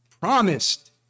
promised